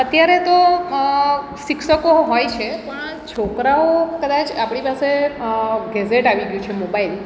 અત્યારે તો શિક્ષકો હોય છે પણ છોકરાઓ કદાચ આપણી પાસે ગૅઝેટ આવી ગયું છે મોબાઈલ